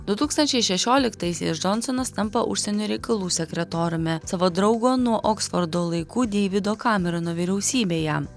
du tūkstančiai šešioliktaisiais džonsonas tampa užsienio reikalų sekretoriumi savo draugo nuo oksfordo laikų deivido kamerono vyriausybėje